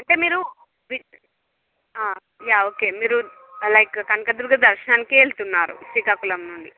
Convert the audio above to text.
అంటే మీరు యా మీరు ఓకే లైక్ కనకదుర్గ దర్శనానికే వెళ్తున్నారు శ్రీకాకుళం నుండి